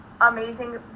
amazing